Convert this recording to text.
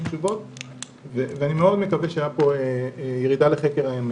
תשובות ואני מאוד מקווה שהייתה פה ירידה לחקר האמת.